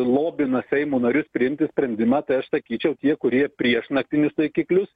lobina seimo narius priimti sprendimą tai aš sakyčiau tie kurie prieš naktinius taikiklius